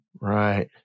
Right